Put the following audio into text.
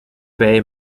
bay